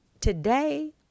today